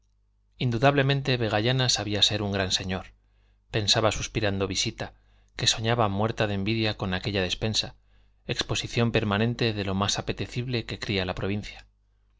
indudablemente vegallana sabía ser un gran señor pensaba suspirando visita que soñaba muerta de envidia con aquella despensa exposición permanente de lo más apetecible que cría la provincia